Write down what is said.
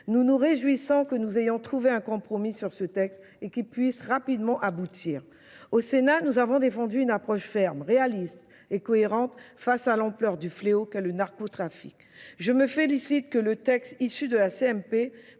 Nous nous réjouissons que nous ayons trouvé un compromis sur ce texte et qu'il puisse rapidement aboutir. Au Sénat, nous avons défendu une approche ferme, réaliste et cohérente face à l'ampleur du fléau qu'à le narcotrafic. Je me félicite que le texte issu de la CMP